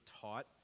taught